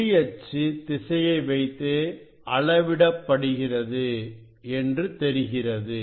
ஒளி அச்சு திசையை வைத்து அளவிடப்படுகிறது என்று தெரிகிறது